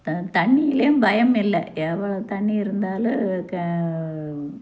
த தண்ணியிலும் பயம் இல்லை எவ்வளோ தண்ணி இருந்தாலும் க